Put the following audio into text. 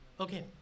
Okay